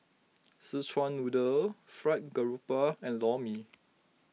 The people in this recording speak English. Szechuan Noodle Fried Garoupa and Lor Mee